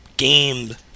game